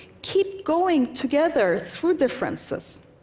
keep going together through differences.